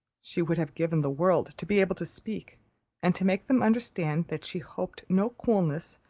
she would have given the world to be able to speak and to make them understand that she hoped no coolness,